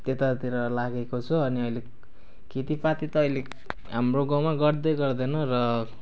त्यतातिर लागेको छ अनि अहिले खेतीपाती त अहिले हाम्रो गाउँमा गर्दै गर्दैन र